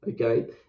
okay